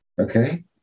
Okay